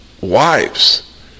wives